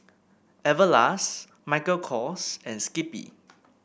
Everlast Michael Kors and Skippy